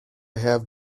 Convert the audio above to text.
have